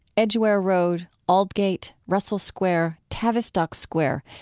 edgware road, aldgate, russell square, tavistock square,